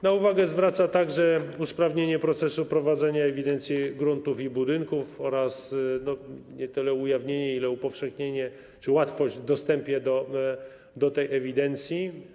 Na uwagę zwraca także usprawnienie procesu prowadzenia ewidencji gruntów i budynków oraz nie tyle ujawnienie, ile upowszechnienie czy łatwość w dostępie do tej ewidencji.